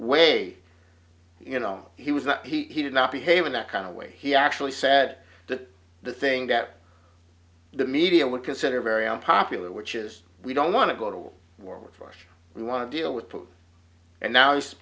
way you know he was not he did not behave in that kind of way he actually said that the thing that the media would consider very unpopular which is we don't want to go to war with russia we want to deal with that and now he's